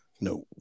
No